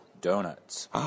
donuts